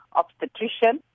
obstetrician